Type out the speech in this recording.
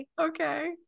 okay